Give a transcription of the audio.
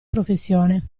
professione